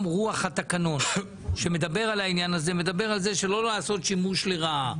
גם רוח התקנון שמדבר על העניין הזה מדבר על כך שלא לעשות שימוש לרעה.